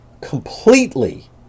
Completely